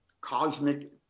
cosmic